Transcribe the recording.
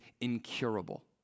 incurable